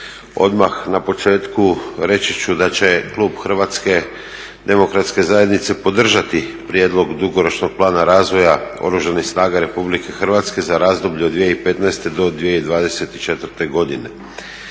Odmah na početku reći će da će klub HDZ-a podržati Prijedlog dugoročnog plana razvoja Oružanih snaga Republike Hrvatske za razdoblje od 2015. do 2024. godine.